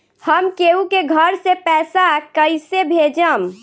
हम केहु के घर से पैसा कैइसे भेजम?